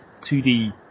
2D